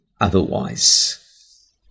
otherwise